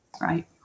right